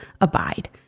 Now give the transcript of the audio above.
abide